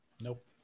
Nope